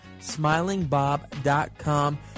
Smilingbob.com